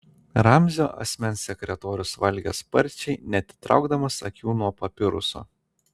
ramzio asmens sekretorius valgė sparčiai neatitraukdamas akių nuo papiruso